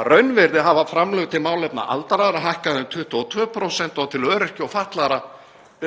Að raunvirði hafa framlög til málefna aldraðra hækkað um 22% og til öryrkja og fatlaðra